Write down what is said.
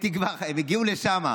הם הגיעו לשם.